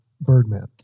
Birdman